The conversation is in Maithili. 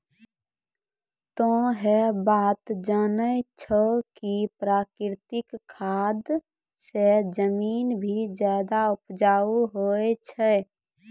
तोह है बात जानै छौ कि प्राकृतिक खाद स जमीन भी ज्यादा उपजाऊ होय छै